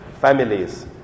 families